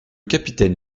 capitaine